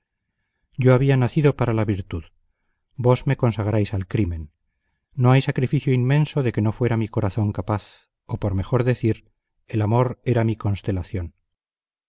yo había nacido para la virtud vos me consagráis al crimen no hay sacrificio inmenso de que no fuera mi corazón capaz o por mejor decir el amor era mi constelación